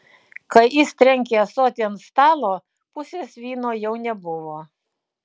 kai jis trenkė ąsotį ant stalo pusės vyno jau nebuvo